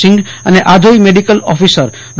સિંઘ અને આધોઈ medical officer ડો